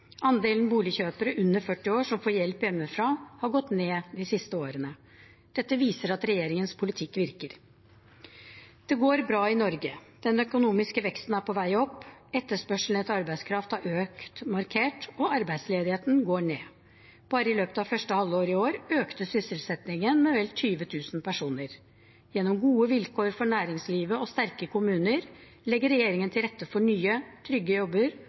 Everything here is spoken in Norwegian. Andelen boligkjøpere under 40 år som får hjelp hjemmefra, har gått ned de siste årene. Dette viser at regjeringens politikk virker. Det går bra i Norge. Den økonomiske veksten er på vei opp, etterspørselen etter arbeidskraft har økt markert, og arbeidsledigheten går ned. Bare i løpet av første halvår i år økte sysselsettingen med vel 20 000 personer. Gjennom gode vilkår for næringslivet og sterke kommuner legger regjeringen til rette for nye, trygge jobber